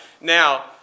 Now